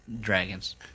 dragons